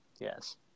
yes